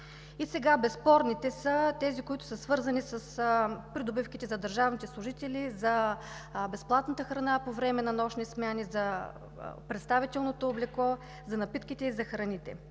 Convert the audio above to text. март. Безспорните са тези, които са свързани с придобивките за държавните служители за безплатната храна по време на нощни смени, за представителното облекло, за напитките и за храните,